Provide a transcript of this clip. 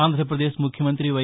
ఆంధ్రప్రదేశ్ ముఖ్యమంతి వై